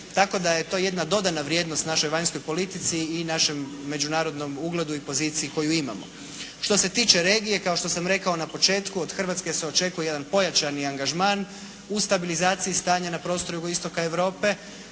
Tako da je to jedna dodana vrijednost našoj vanjskoj politici i našem međunarodnom ugledu i poziciji koju imamo. Što se tiče regije, kao što sam rekao na početku, od Hrvatske se očekuje jedan pojačani angažman u stabilizaciji stanja na prostoru jugoistoka Europe,